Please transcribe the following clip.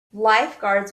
lifeguards